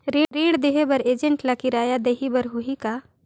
ऋण देहे बर एजेंट ला किराया देही बर होही का?